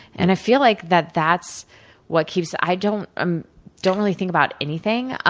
and, i feel like that that's what keeps i don't um don't really think about anything, ah